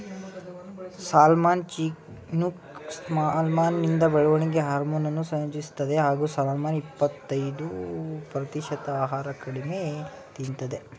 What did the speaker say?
salmon Chinook ಸಾಲ್ಮನಿಂದ ಬೆಳವಣಿಗೆ ಹಾರ್ಮೋನನ್ನು ಸಂಯೋಜಿಸ್ತದೆ ಹಾಗೂ ಸಾಲ್ಮನ್ನ ಇಪ್ಪತಯ್ದು ಪ್ರತಿಶತ ಆಹಾರ ಕಡಿಮೆ ತಿಂತದೆ